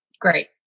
great